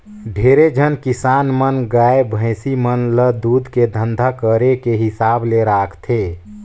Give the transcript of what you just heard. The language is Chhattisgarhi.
ढेरे झन किसान मन गाय, भइसी मन ल दूद के धंधा करे के हिसाब ले राखथे